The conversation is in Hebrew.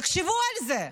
תחשבו על זה,